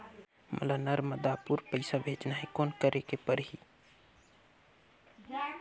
मोला नर्मदापुर पइसा भेजना हैं, कौन करेके परही?